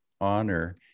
honor